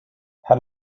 how